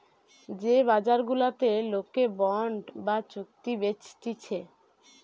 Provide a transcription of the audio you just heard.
যে বাজার গুলাতে লোকে বন্ড বা চুক্তি বেচতিছে